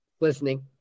Listening